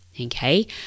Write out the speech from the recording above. Okay